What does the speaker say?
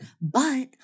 But-